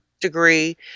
degree